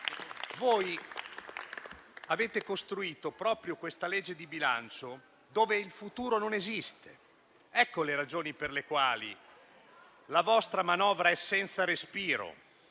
Voi avete costruito questa legge di bilancio dove il futuro non esiste. Ecco le ragioni per le quali la vostra manovra è senza respiro,